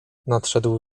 nadszedł